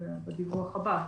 בדיווח הבא.